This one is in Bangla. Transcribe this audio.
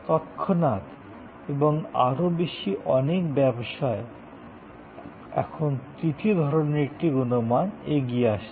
তৎক্ষণাৎ এবং আরও বেশি অনেক ব্যবসায় এখন তৃতীয় ধরণের একটি গুণমান এগিয়ে আসছে